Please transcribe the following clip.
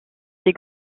des